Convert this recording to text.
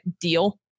deal